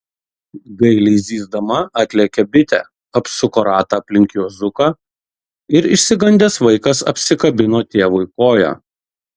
gailiai zyzdama atlėkė bitė apsuko ratą aplink juozuką ir išsigandęs vaikas apsikabino tėvui koją